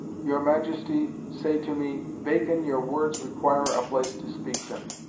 your majesty say to me, bacon, your words require a place to speak them,